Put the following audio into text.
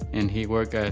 and he worked as,